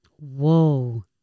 Whoa